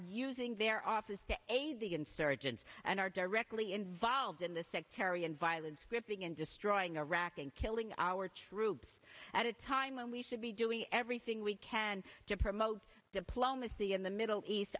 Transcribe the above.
using their office to and aid the insurgents and are directly involved in the sectarian violence gripping and destroying our rack and killing our troops at a time when we should be doing everything we can to promote diplomacy in the middle east